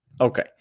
Okay